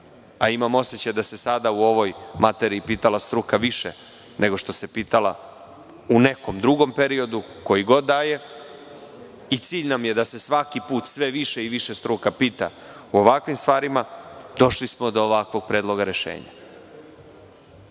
a imam osećaj da se sada u ovoj materiji pitala struka više nego što se pitala u nekom drugom periodu, koji god da je, i cilj nam je da se svaki put sve više i više struka pita u ovakvim stvarima, došli smo do ovakvog predloga rešenja.